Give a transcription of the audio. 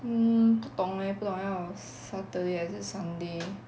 um 不懂 leh 不懂要 saturday 还是 sunday